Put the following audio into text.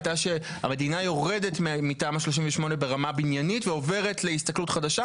המדינה יורדת מתמ"א 38 ברמה הבניינית ועוברת להסתכלות חדשה.